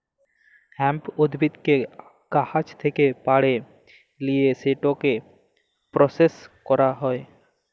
hemp উদ্ভিদকে গাহাচ থ্যাকে পাড়ে লিঁয়ে সেটকে পরসেস ক্যরা হ্যয়